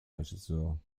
regisseur